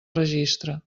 registre